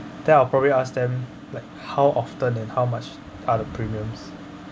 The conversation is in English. then I'll probably ask them like how often and how much are the premiums